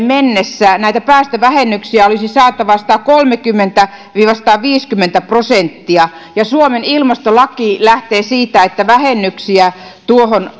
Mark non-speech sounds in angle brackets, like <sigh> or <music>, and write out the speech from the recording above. <unintelligible> mennessä näitä päästövähennyksiä olisi saatava satakolmekymmentä viiva sataviisikymmentä prosenttia ja suomen ilmastolaki lähtee siitä että vähennyksiä tuohon <unintelligible>